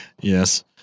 Yes